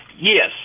Yes